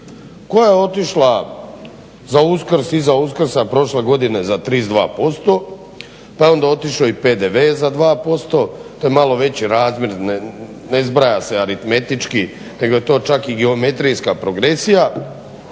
koja je otišla za Uskrs iza Uskrsa prošle godine za 32% pa je onda otišao i PDV za 2%, te malo veći razmjer ne zbraja se aritmetički nego je to čak i geometrijska progresija,